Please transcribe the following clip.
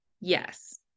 Yes